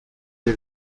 iri